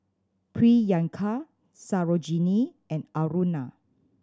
Priyanka Sarojini and Aruna